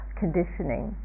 conditioning